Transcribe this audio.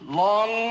long